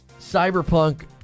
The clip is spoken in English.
cyberpunk